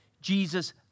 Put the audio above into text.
Jesus